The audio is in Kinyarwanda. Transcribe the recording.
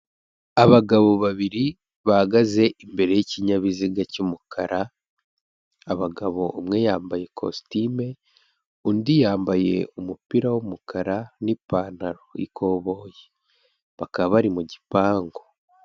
Abagabo babiri bahagaze imbere y'ikinyabiziga cy'umukara, abagabo umwe yambaye ikositime, undi yambaye umupira w'umukara n'ipantaro y'ikoboyi. Bakaba bari mu gipangu.